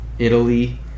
Italy